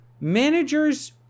managers